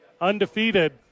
undefeated